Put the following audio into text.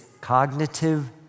cognitive